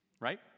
right